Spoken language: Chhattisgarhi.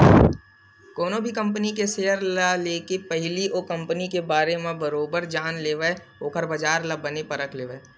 कोनो भी कंपनी के सेयर ल लेके पहिली ओ कंपनी के बारे म बरोबर जान लेवय ओखर बजार ल बने परख लेवय